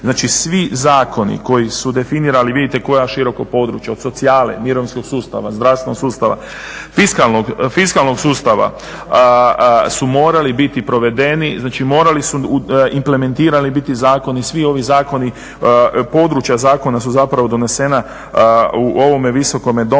Znači svi zakoni koji su definirali, a vidite koje široko područje od socijalne, mirovinskog i zdravstvenog sustava, fiskalnog sustava su morali biti provedeni, znači morali su implementirani biti zakoni svi ovi zakoni područja zakona su donesena u ovome Visokom domu.